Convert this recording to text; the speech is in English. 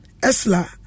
Esla